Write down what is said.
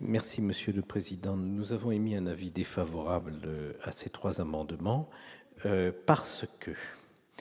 Merci monsieur le président, nous avons émis un avis défavorable à ces 3 amendements parce qu'en